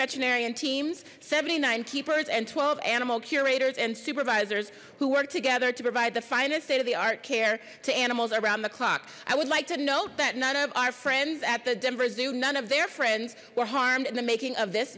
veterinarian teams seventy nine keepers and twelve animal curators and supervisors who work together to provide the finest state of the art care to animals around the clock i would like to note that none of our friends at the denver zoo none of their friends were harmed in the making of this